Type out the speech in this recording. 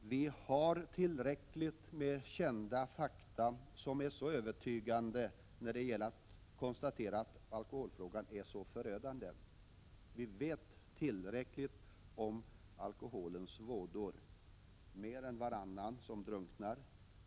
Det finns tillräckligt många kända fakta som verkligen övertygar oss om att alkoholen är så förödande. Vi vet tillräckligt mycket om alkoholens vådor. Mer än varannan av dem som drunknar